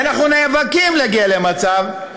ואנחנו נאבקים להגיע למצב,